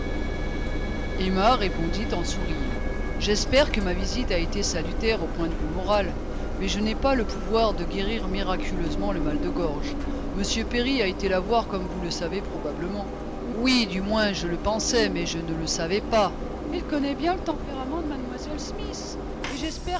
emma répondit en souriant j'espère que ma visite a été salutaire au point de vue moral mais je n'ai pas le pouvoir de guérir miraculeusement le mal de gorge m perry a été la voir comme vous le savez probablement oui du moins je le pensais mais je ne le savais pas il connaît bien le tempérament de mlle smith et j'espère